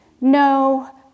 no